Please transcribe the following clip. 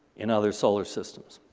in other solar systems.